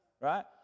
right